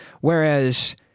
Whereas